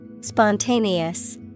Spontaneous